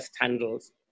handles